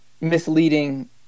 misleading